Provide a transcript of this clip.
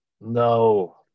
No